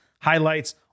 highlights